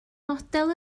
model